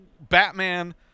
Batman